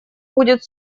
будет